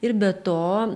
ir be to